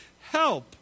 help